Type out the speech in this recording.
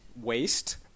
waste